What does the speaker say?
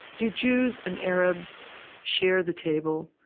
do jews and arabs share the table?